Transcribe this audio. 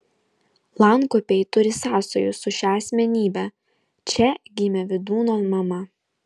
lankupiai turi sąsajų su šia asmenybe čia gimė vydūno mama